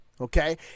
Okay